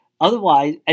otherwise